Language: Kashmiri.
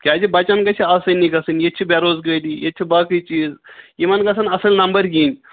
کیٛازِ بَچَن گژھِ چھِ آسٲنی گژھٕنۍ ییٚتہِ چھِ بے روزگٲری ییٚتہِ چھُ باقٕے چیٖز یِمن گژھن اَصٕل نمبر یِنۍ